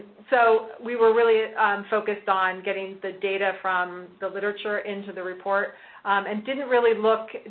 so, we were really focused on getting the data from the literature into the report and didn't really look